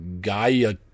Gaia